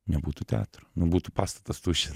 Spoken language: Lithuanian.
nebūtų teatro nu būtų pastatas tuščias